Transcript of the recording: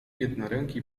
jednoręki